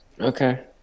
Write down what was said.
Okay